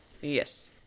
yes